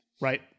Right